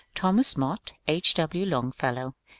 thomas mott, h. w. longfellow,